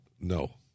No